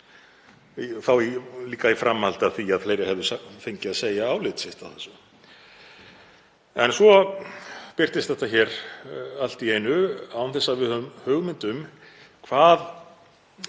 til og líka í framhaldi af því að fleiri hefðu fengið að segja álit sitt á málinu. En svo birtist það hér allt í einu án þess að við höfum hugmynd um hvað